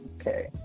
Okay